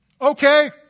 Okay